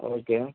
okay